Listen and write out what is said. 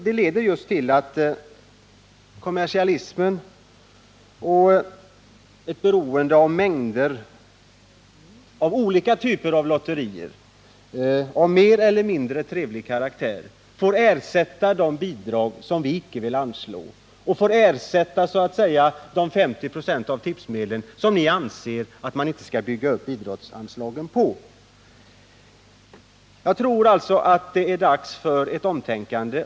De leder nämligen till att kommersialismen får ökad betydelse och till ett beroende av mängder av olika typer av lotterier, av mer eller mindre trevlig karaktär. Dessa lotterier får ersätta de bidrag som utskottet inte vill anslå och de 50 96 av tipsmedlen som utskottet anser att man inte skall bygga upp idrottsanslagen på. Jag tror att det är dags för ett omtänkande.